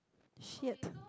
shit